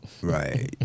Right